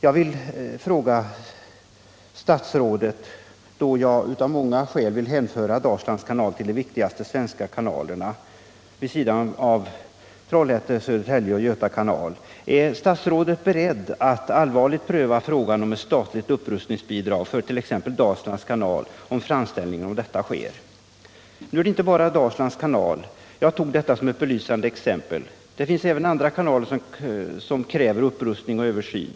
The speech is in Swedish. Eftersom jag av många skäl vill hänföra Dalslands kanal till de viktigaste svenska kanalerna — vid sidan av Trollhätte, Södertälje och Göta kanaler — ber jag att få fråga kommunikationsministern: Är statsrådet beredd att överväga ett statligt upprustningsbidrag för t.ex. Dalslands kanal, om framställning härom görs? Nu är emellertid inte Dalslands kanal den enda som det här rör sig om. Jag tog bara den som ett belysande exempel. Det finns även andra kanaler som kräver upprustning och översyn.